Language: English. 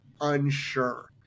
unsure